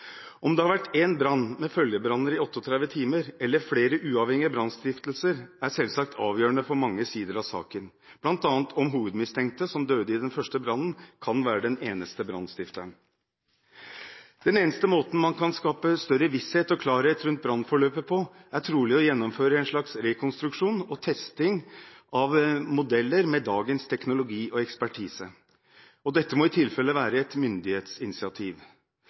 Om det har vært én brann med følgebranner i 38 timer eller flere uavhengige brannstiftelser, er selvsagt avgjørende for mange sider av saken, bl.a. om hovedmistenkte, som døde i den første brannen, kan være den eneste brannstifteren. Den eneste måten man kan skape større visshet og klarhet rundt brannforløpet på, er trolig å gjennomføre en slags rekonstruksjon og testing av modeller med dagens teknologi og ekspertise. Dette må i tilfelle være et myndighetsinitiativ.